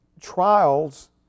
trials